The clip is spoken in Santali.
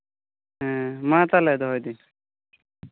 ᱦᱮᱸ ᱢᱟ ᱛᱟᱦᱚᱞᱮ ᱫᱚᱦᱚᱭ ᱫᱟᱹᱧ